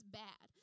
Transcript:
bad